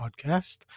podcast